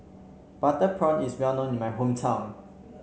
Butter Prawn is well known in my hometown